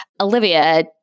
Olivia